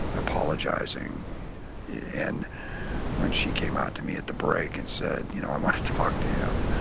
apologizing and when she came out to me at the break and said, you know, i want to talk to him.